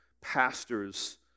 pastors